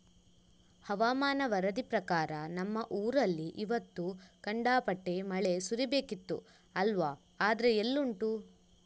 ಹವಾಮಾನ ವರದಿ ಪ್ರಕಾರ ನಮ್ಮ ಊರಲ್ಲಿ ಇವತ್ತು ಖಂಡಾಪಟ್ಟೆ ಮಳೆ ಸುರೀಬೇಕಿತ್ತು ಅಲ್ವಾ ಆದ್ರೆ ಎಲ್ಲುಂಟು